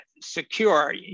secure